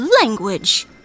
language